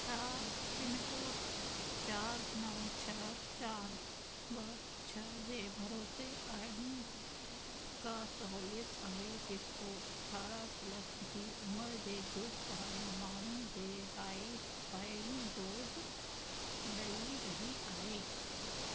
छा पिनकोड चारि नव छह चारि ॿ छह जे भरोसे अहिड़ी का सहूलियत आहे जेको अठारह प्लस जी उमिरि जे ग्रुप वारनि माण्हुनि जे लाइ पहिरियों डोज़ ॾई रही आहे